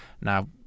Now